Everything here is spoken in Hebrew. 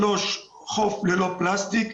מטרה נוספת, חוף ללא פלסטיק.